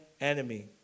enemy